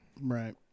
Right